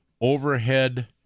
Overhead